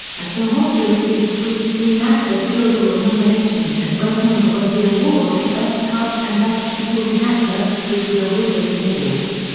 ah film also received three screen actors guild award nominations and went on to win the awards for best cast and best supporting actor, which was awarded to waltz.